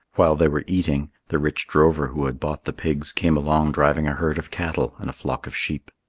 while they were eating, the rich drover who had bought the pigs came along driving a herd of cattle and a flock of sheep.